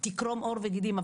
תקרום עור וגידים,